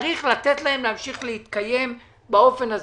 צריך לתת להם להמשיך להתקיים באופן הזה.